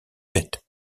bête